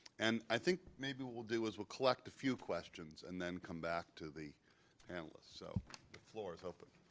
and i think, maybe, what we'll do is we'll collect a few questions and, then, come back to the panelists. so the floor is open.